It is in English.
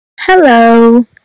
hello